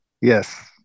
Yes